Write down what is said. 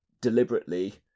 deliberately